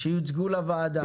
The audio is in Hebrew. שיוצגו לוועדה.